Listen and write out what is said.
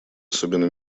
особенно